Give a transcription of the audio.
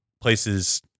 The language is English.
places